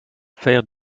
faire